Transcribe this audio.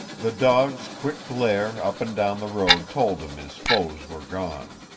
the dog's quick glare up and down the road told him his foes were gone.